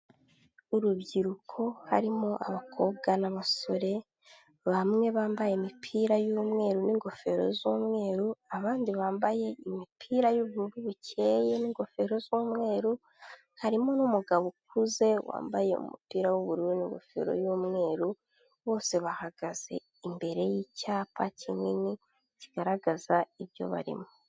Urubyiruko harimo abakobwa n'abasore, bamwe bambaye imipira y'umweru n'ingofero z'umweru, abandi bambaye imipira y'ubururu bukeye n'ingofero z'umweru, harimo n'umugabo ukuze wambaye umupira w'ubururu n'ingofero y'umweru, bose bahagaze imbere y'icyapa kinini kigaragaza ibyo barimo.